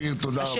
ספיר תודה רבה.